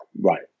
right